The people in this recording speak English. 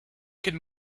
could